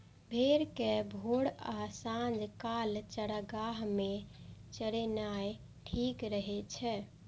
भेड़ कें भोर आ सांझ काल चारागाह मे चरेनाय ठीक रहै छै